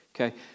Okay